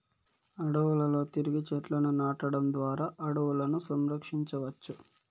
అడవులలో తిరిగి చెట్లను నాటడం ద్వారా అడవులను సంరక్షించవచ్చు